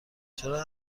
چرا